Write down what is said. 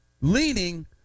leaning